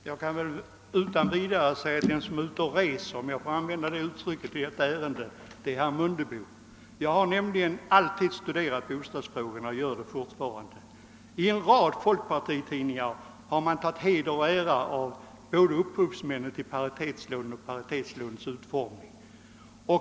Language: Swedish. Herr talman! Jag kan utan vidare säga att en som är ute och reser — om jag får använda det uttrycket — i detta ärende är herr Mundebo. Jag har nämligen alltid studerat bostadsfrågor na och gör det fortfarande. I en rad folkpartitidningar har man tagit heder och ära av både upphovsmännen till paritetslånet och paritetslånets utformning.